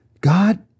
God